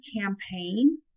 campaign